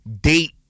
date